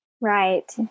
Right